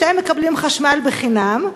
שמקבלים חשמל בחינם.